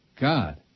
God